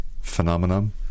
Phenomenon